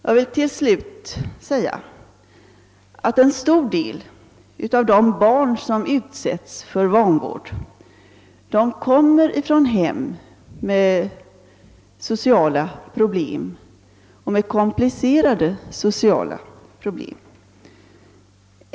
Slutligen vill jag säga att en stor del av de barn som utsättes för vanvård kommer från hem med komplicerade sociala problem.